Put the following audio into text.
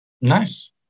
Nice